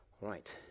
Right